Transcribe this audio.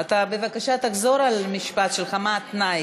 בבקשה תחזור על המשפט שלך מה התנאי,